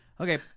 Okay